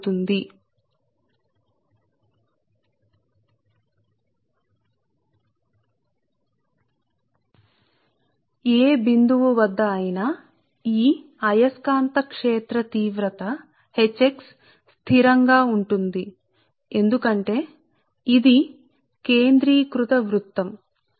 కాబట్టి x దూరం వద్ద ఉన్న క్షేత్ర తీవ్రత ను మనం ఏ సమయంలో నైనా చూసినట్లుగా ఇవ్వవచ్చు ఈ అయస్కాంత క్షేత్ర తీవ్రత H x స్థిరం గా ఉంటుంది ఎందుకంటే ఇది కేంద్రీకృత వృత్తంసరే